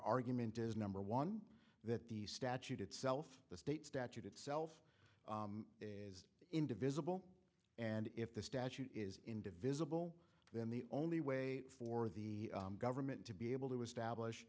argument is number one that the statute itself the state statute itself is in divisible and if the statute is in divisible then the only way for the government to be able to establish